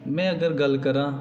में अगर गल्ल करां